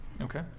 Okay